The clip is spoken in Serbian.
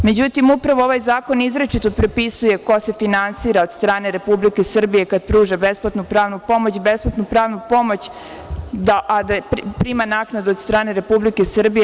Međutim, upravo ovaj zakon izričito prepisuje ko se finansira od strane Republike Srbije, kada pruža besplatnu pravnu pomoć, a da prima naknadu od strane Republike Srbije.